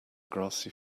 grassy